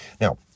Now